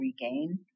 regain